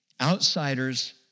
outsiders